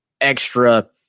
extra